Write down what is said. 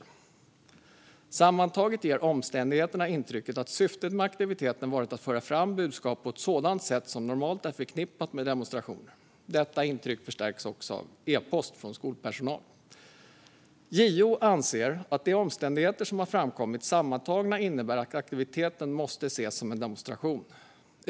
JO skriver också att omständigheterna sammantaget ger intrycket att syftet med aktiviteten varit att föra fram budskap på ett sådant sätt som normalt är förknippat med demonstrationer. Detta intryck förstärks av epost från skolpersonal. JO anser att de omständigheter som har framkommit sammantaget innebär att aktiviteten måste ses som en demonstration.